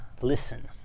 listen